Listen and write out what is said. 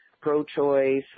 pro-choice